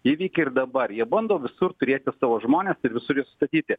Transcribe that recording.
jie veikia ir dabar jie bando visur turėti savo žmones visur juos statyti